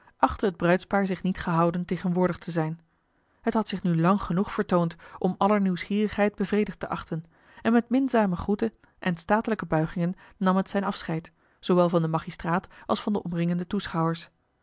achtte het bruidspaar zich niet gehouden tegenwoordig te zijn het had zich nu lang genoeg vertoond om aller nieuwsgierigheid bevredigd te achten en met minzame groeten en statelijke buigingen nam het zijn afscheid zoowel van den magistraat als van de omringende toeschouwers